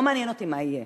לא מעניין אותי מה יהיה,